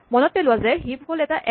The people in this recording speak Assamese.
মনত পেলোৱা যে হিপ হ'ল এটা এৰে